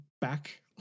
back